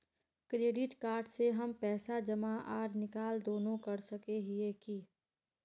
Credit card से हम पैसा जमा आर निकाल दोनों कर सके हिये की?